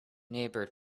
neighbor